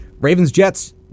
Ravens-Jets